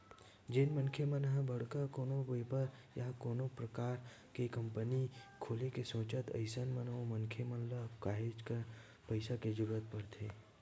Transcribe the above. जेन मनखे मन ह बड़का कोनो बेपार या कोनो परकार के कंपनी खोले के सोचथे अइसन म ओ मनखे मन ल काहेच कन पइसा के जरुरत परथे